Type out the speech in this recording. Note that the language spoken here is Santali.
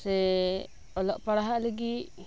ᱥᱮ ᱚᱞᱚᱜ ᱯᱟᱲᱦᱟᱜ ᱞᱟᱹᱜᱤᱫ